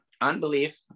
unbelief